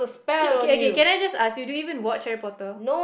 K K okay can I just ask you do you even watch Harry-Potter